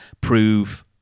prove